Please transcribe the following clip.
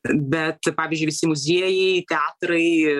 bet pavyzdžiui visi muziejai teatrai